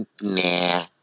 nah